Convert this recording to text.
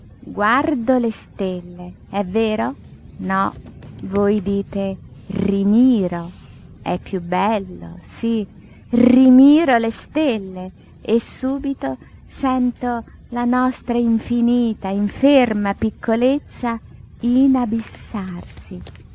guardo le stelle è vero no voi dite rimiro è piú bello sí rimiro le stelle e subito sento la nostra infinita inferma piccolezza inabissarsi